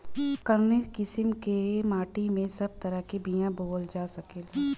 कवने किसीम के माटी में सब तरह के बिया बोवल जा सकेला?